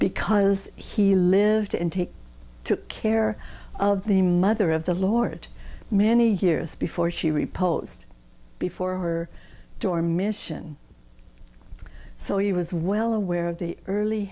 because he lived and take took care of the mother of the lord many years before she repulsed before her door mission so he was well aware of the early